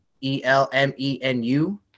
e-l-m-e-n-u